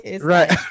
Right